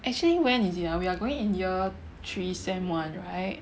actually when is it ah we're going in year three sem one right